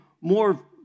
more